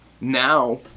now